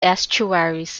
estuaries